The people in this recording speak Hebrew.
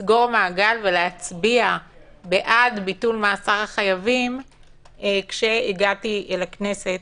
לסגור מעגל ולהצביע בעד ביטול מאסר החייבים כשהגעתי לכנסת